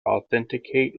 authenticate